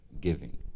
Giving